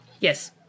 Yes